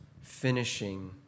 finishing